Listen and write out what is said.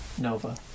nova